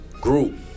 group